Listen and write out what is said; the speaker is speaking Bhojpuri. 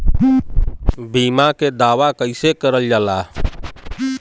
बीमा के दावा कैसे करल जाला?